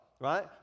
Right